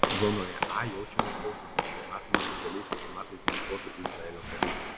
zonoje a jaučiamės saugiau nes nematome dideliais automatais ginkluotų izraelio karių